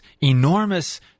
enormous